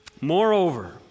moreover